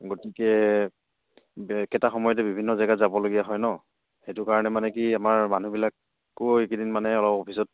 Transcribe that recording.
গতিকে একেটা সময়তে বিভিন্ন জেগাত যাবলগীয়া হয় ন সেইটো কাৰণে মানে কি আমাৰ মানুহবিলাকো আকৌ এইকেইদিন মানে অলপ অফিচত